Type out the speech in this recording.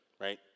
right